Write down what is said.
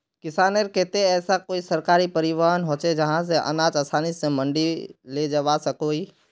किसानेर केते ऐसा कोई सरकारी परिवहन होचे जहा से अनाज आसानी से मंडी लेजवा सकोहो ही?